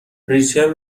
ریچل